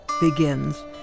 begins